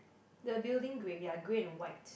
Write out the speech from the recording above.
the building grill are grey and white